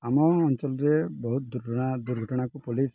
ଆମ ଅଞ୍ଚଳରେ ବହୁତ ଦୁର୍ଘଟଣାକୁ ପୋଲିସ